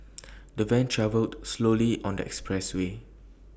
the van travelled slowly on the expressway